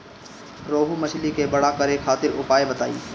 रोहु मछली के बड़ा करे खातिर उपाय बताईं?